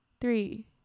three